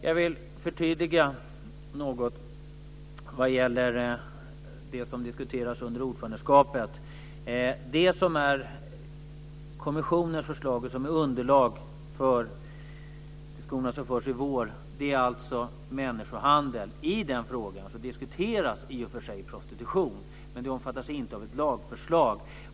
Jag vill förtydliga något när det gäller det som diskuteras under ordförandeskapet. Det som är kommissionens förslag och som är underlag för diskussionerna som förs i vår gäller alltså människohandel. När det gäller den frågan så diskuteras i och för sig prostitution. Men den omfattas inte av ett lagförslag.